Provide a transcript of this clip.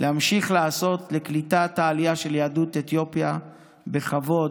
להמשיך לעשות לקליטת העלייה של יהדות אתיופיה בכבוד,